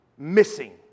missing